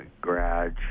garage